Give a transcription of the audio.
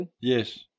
Yes